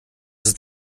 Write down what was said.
ist